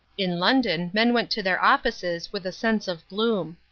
in london men went to their offices with a sense of gloom.